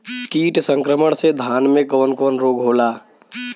कीट संक्रमण से धान में कवन कवन रोग होला?